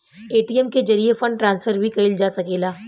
ATM के जरिये fund transfer भी कईल जा सकेला